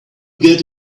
get